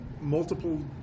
multiple